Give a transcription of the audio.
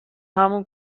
همون